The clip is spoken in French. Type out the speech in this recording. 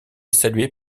salué